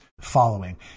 following